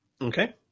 Okay